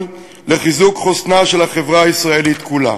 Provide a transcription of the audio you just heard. לחיזוק חוסנה של החברה הישראלית כולה.